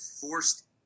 forced